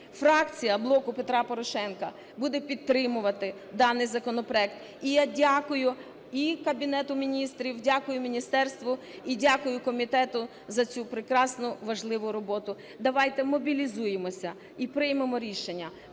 Фракція "Блоку Петра Порошенка" буде підтримувати даний законопроект. І я дякую і Кабінету Міністрів, дякую міністерству, і дякую комітету за цю прекрасну важливу роботу. Давайте мобілізуймося і приймемо рішення